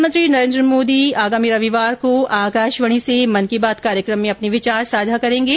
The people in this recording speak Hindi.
प्रधानमंत्री नरेन्द्र मोदी आगामी रविवार को आकाशवाणी से मन की बात कार्यक्रम में अपने विचार साझा करेंगे